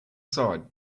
side